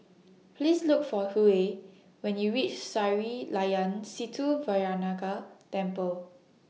Please Look For Hughey when YOU REACH Sri Layan Sithi Vinayagar Temple